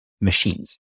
machines